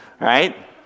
right